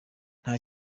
nta